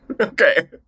Okay